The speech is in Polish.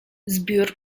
zbiór